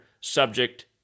subject